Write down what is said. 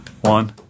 one